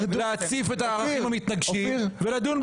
להציף את הערכים המתנגשים ולדון בהם.